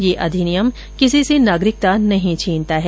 यह अधिनियम किसी से नागरिकता नहीं छीनता है